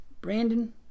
Brandon